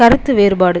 கருத்து வேறுபாடு